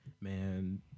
Man